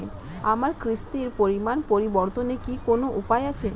আমার কিস্তির পরিমাণ পরিবর্তনের কি কোনো উপায় আছে?